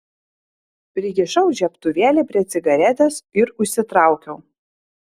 prikišau žiebtuvėlį prie cigaretės ir užsitraukiau